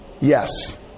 Yes